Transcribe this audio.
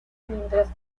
mientras